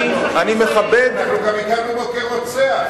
אנחנו הכרנו בו גם כרוצח.